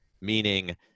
meaning